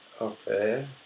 okay